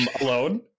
alone